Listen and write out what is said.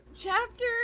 Chapter